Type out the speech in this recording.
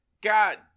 God